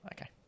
okay